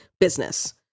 business